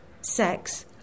Sex